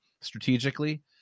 strategically